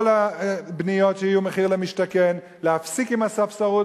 שכל הבנייה תהיה במחיר למשתכן; להפסיק עם הספסרות.